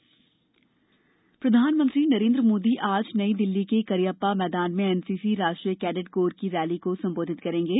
प्रधानमंत्री एनसीसी प्रधानमंत्री नरेन्द्र मोदी आज नई दिल्ली के करियप्पा मैदान में एनसीसी राष्ट्रीय कैडेट कोर की रैली को संबोधति करेंगे